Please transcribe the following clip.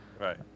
Right